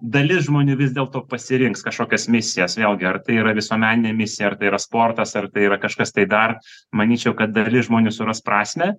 dalis žmonių vis dėlto pasirinks kažkokias misijas vėlgi ar tai yra visuomeninė misija ir tai yra sportas ar tai yra kažkas tai dar manyčiau kad dalis žmonių suras prasmę